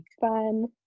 fun